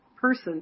person